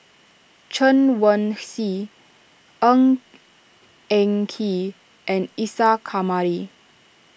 Chen Wen Hsi Ng Eng Kee and Isa Kamari